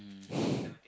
mm